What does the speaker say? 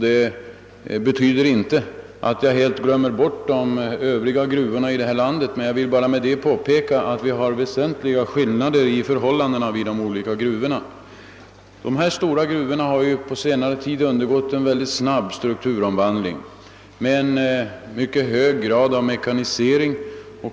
Det betyder inte att jag glömmer de övriga gruvorna i landet, men jag vill påpeka att det är väsentliga skillnader mellan förhållandena vid de olika gruvorna. De stora gruvorna har på senare tid undergått en snabb strukturomvandling med en hög grad av mekanisering.